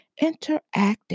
interacting